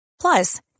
Plus